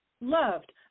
loved